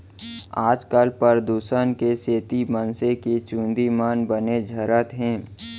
आजकाल परदूसन के सेती मनसे के चूंदी मन बने झरत हें